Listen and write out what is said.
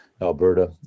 Alberta